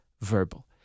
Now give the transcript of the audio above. verbal